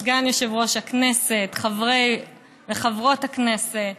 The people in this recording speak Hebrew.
סגן יושב-ראש הכנסת, חברי וחברות הכנסת